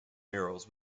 murals